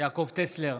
יעקב טסלר,